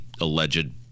alleged